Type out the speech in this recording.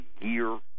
year